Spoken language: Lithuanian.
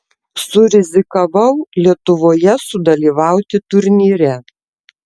surizikavau lietuvoje sudalyvauti turnyre